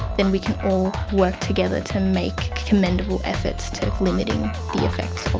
then we can all work together to make commendable efforts to limiting the effects